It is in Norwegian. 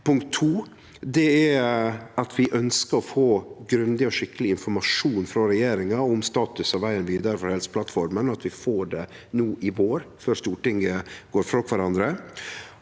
Punkt to er at vi ønskjer å få grundig og skikkeleg informasjon frå regjeringa om status og vegen vidare for Helseplattforma: at vi får det no i vår, før Stortinget går frå kvarandre,